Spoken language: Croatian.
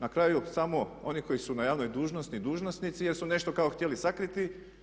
Na kraju samo oni koji su na javnoj dužnosti, dužnosnici, jer su nešto kao htjeli sakriti.